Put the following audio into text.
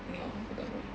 no aku tak buy ah